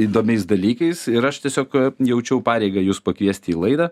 įdomiais dalykais ir aš tiesiog jaučiau pareigą jus pakviesti į laidą